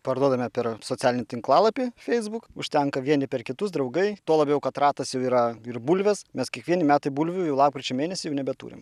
parduodame per socialinį tinklalapį facebook užtenka vieni per kitus draugai tuo labiau kad ratas jau yra ir bulvės mes kiekvieni metai bulvių jau lapkričio mėnesį jau nebeturim